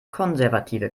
konservative